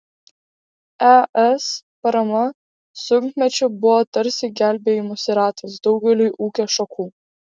es parama sunkmečiu buvo tarsi gelbėjimosi ratas daugeliui ūkio šakų